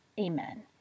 Amen